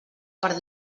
per